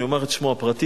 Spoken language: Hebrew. אני אומר את שמו הפרטי,